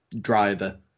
driver